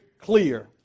clear